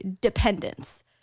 dependence